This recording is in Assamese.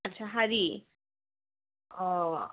অঁ